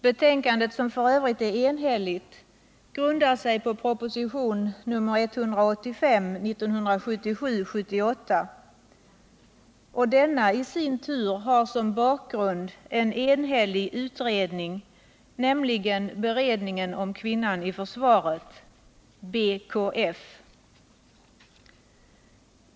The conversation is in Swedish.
Betänkandet, som f. ö. är enhälligt, grundar sig på propositionen 1977/ 78:185. Denna hade i sin tur som bakgrund en enhällig utredning, nämligen Beredningen för det fortsatta arbetet om kvinnan i försvaret, BKF.